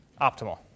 optimal